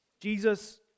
Jesus